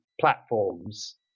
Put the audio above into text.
platforms